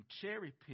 cherry